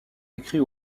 écrit